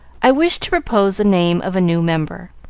i wish to propose the name of a new member.